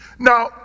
Now